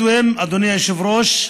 אדוני היושב-ראש,